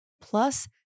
Plus